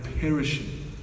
perishing